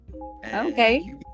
okay